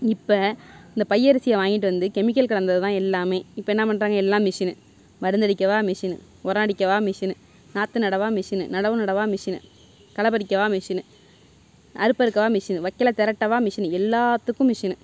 இப்போ இந்த பை அரிசியை வாங்கிட்டு வந்து கெமிக்கல் கலந்ததுதான் எல்லாமே இப்போ என்ன பண்ணிட்டாங்க எல்லாம் மிஷினு மருந்தடிக்கவா மிஷினு உரம் அடிக்கவா மிஷினு நாற்று நடவா மிஷினு நடவு நடவா மிஷினு களை பறிக்கவா மிஷினு அறுப்பறுக்கவா மிஷினு வைக்கல திரட்டவா மிஷினு எல்லாத்துக்கும் மிஷினு